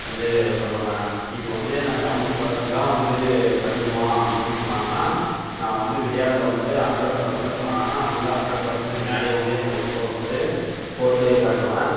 வந்து பண்ணுவேன் இப்போது வந்து நான் சவன்ட்டி பர்சன்ட் தான் வந்து படிக்குவான் இவன்னு சொன்னாங்கன்னா நான் வந்து விளையாட்டில் வந்து ஹண்ட்ரடு பர்சன்ட் சொன்னாங்கன்னா நான் வந்து ஹண்ட்ரட் பர்செண்ட்டுக்கு மேலே வந்து என்னோடய எஃபோர்ட் வந்து போட்டு காட்டுவேன்